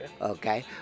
okay